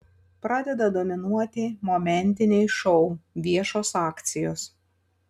pradeda dominuoti momentiniai šou viešos akcijos